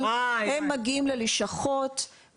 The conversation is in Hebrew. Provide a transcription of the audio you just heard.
משפחות של עובדים זרים חוקיים פה בארץ.